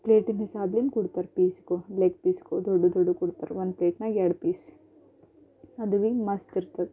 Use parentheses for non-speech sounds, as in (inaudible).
plate B (unintelligible) ಕೊಡ್ತರ್ ಪೀಸ್ಗಳು leg ಪೀಸ್ಗಳು ದೊಡ್ಡು ದೊಡ್ಡು ಕೊಡ್ತರ ಒಂದು ಪ್ಲೇಟ್ನಾಗ ಎರಡು ಪೀಸ್ ಅದು ಬಿ ಮಸ್ತಿರ್ತದ